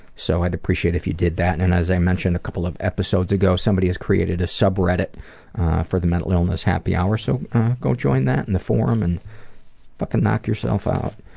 so i'd appreciate if you did that and as i mentioned a couple of episodes ago, somebody created a sub-reddit for the mental illness happy hour, so go join that and the forum and fuckin' knock yourself out.